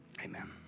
amen